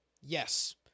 Yes